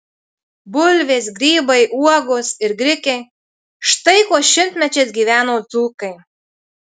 bulvės grybai uogos ir grikiai štai kuo šimtmečiais gyveno dzūkai